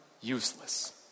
useless